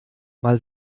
mal